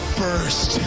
first